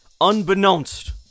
unbeknownst